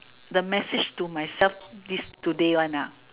the message to myself this today one ah